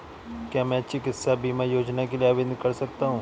क्या मैं चिकित्सा बीमा योजना के लिए आवेदन कर सकता हूँ?